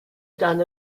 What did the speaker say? dan